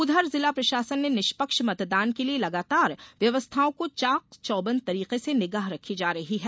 उधर जिला प्रशासन ने निष्पक्ष मतदान के लिये लगातार व्यवस्थाओं को चाक चौबंद तरिके से निगाह रखी जा रही है